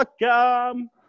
welcome